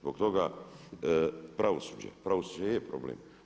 Zbog toga pravosuđe, pravosuđe je problem.